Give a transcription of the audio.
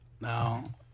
Now